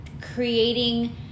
creating